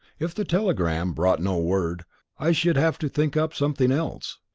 if the telegram brought no word i should have to think up something else.